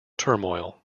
turmoil